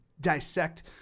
Dissect